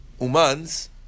umans